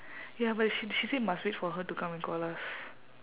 ya but she she say must wait for her to come and call us